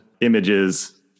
images